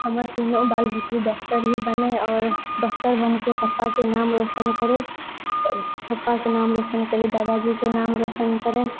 हमर तीनो बाल बच्चा डॉक्टर ही बनै आओर डॉक्टर बनिके पापाके नाम रौशन करै तऽ पापाके नाम रौशन करै दादा जीके नाम रौशन करै